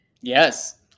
Yes